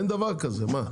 אין דבר כזה, מה.